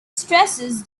stresses